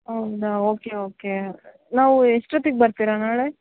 ಹೌದಾ okay okay ನಾವು ಎಷ್ಟೊತ್ತಿಗೆ ಬರ್ತೀರ ನಾಳೆ